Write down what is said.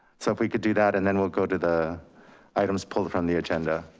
so if we could do that, and then we'll go to the items pulled from the agenda.